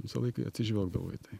visą laiką jie atsižvelgdavo į tai